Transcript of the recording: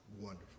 wonderful